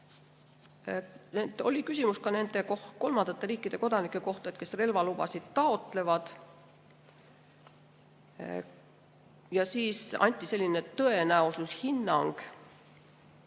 Oli küsimus ka nende kolmandate riikide kodanike kohta, kes relvalubasid taotlevad. Anti selline tõenäosushinnang: